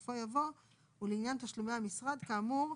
ובסופו יבוא "או לעניין תשלומי המשרד כאמור,